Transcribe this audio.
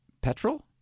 Petrol